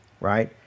right